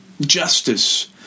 justice